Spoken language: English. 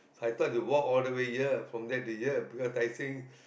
I thought you walk all the way here from there to here because Tai Seng